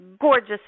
gorgeous